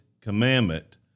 commandment